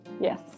Yes